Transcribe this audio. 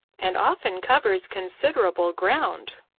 and often covers considerable ground,